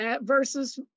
versus